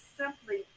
simply